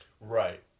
Right